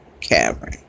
Cavern